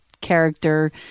character